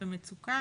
מצוקה